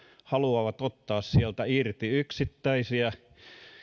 haluavat ottaa sieltä irti yksittäisiä